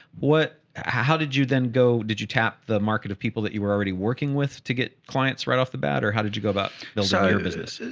what, how did you then go, did you tap the market of people that you were already working with to get clients right off the bat? or how did you go about building your business?